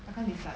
I can't decide